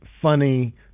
funny